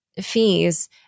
fees